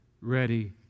ready